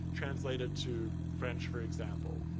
translate it to french, for example.